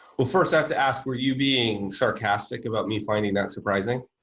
well, first, i have to ask were you being sarcastic about me finding that surprising?